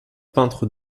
peintre